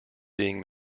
being